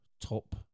top